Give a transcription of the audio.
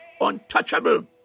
untouchable